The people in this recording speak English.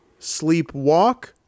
sleepwalk